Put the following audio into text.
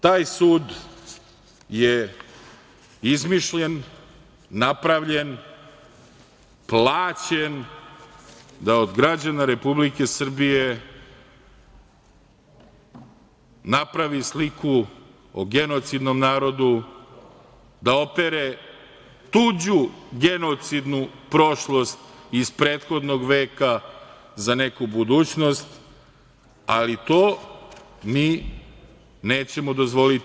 Taj sud je izmišljen, napravljen, plaćen da od građana Republike Srbije napravi sliku o genocidnom narodu, da opere tuđu genocidnu prošlost iz prethodnog veka za neku budućnost, ali to mi nećemo dozvoliti.